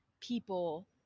people